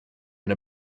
and